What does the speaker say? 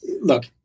look